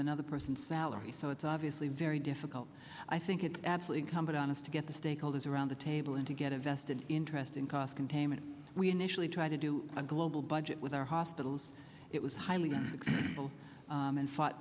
another person's salary so it's obviously very difficult i think it's absolute comfort honest to get the stakeholders around the table and to get a vested interest in cost containment we initially tried to do a global budget with our hospitals it was highly and fought